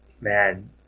Man